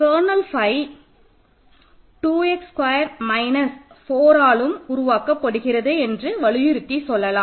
kernel phi 2 x square minus 4ஆலும் உருவாக்கப்படுகிறது என்று வலியுறுத்தி சொல்லலாம்